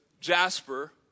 jasper